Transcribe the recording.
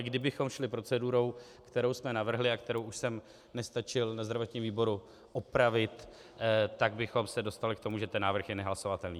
Kdybychom ale šli procedurou, kterou jsme navrhli a kterou jsem nestačil na zdravotním výboru opravit, tak bychom se dostali k tomu, že návrh je nehlasovatelný.